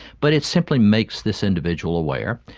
but it simply makes this individual aware.